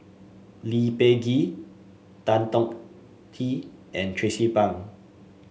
Lee Peh Gee Tan Chong Tee and Tracie Pang